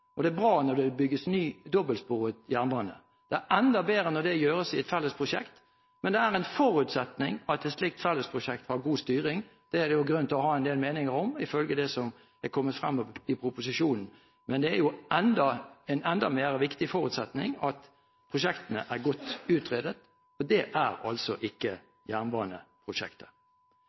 og det er bra når det bygges ny dobbeltsporet jernbane. Det er enda bedre når det gjøres i et felles prosjekt, men det er en forutsetning at et slikt fellesprosjekt har god styring. Det er det grunn til å ha en del meninger om, ifølge det som er kommet frem i proposisjonen. Men det er en enda viktigere forutsetning at prosjektene er godt utredet, og det er altså ikke jernbaneprosjektet.